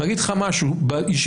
ואני אגיד לך משהו,